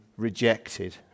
rejected